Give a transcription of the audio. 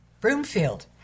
Broomfield